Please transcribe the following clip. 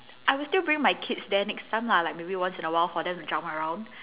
I will still bring my kids there next time lah like maybe once in a while for them to jump around